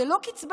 זו לא קצבה,